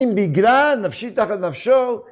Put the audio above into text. ‫אם בגלל נפשי תחת נפשו...